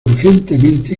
urgentemente